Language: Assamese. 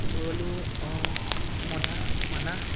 ভৰলু মনাস মানাহ